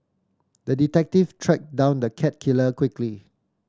the detective tracked down the cat killer quickly